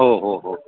हो हो हो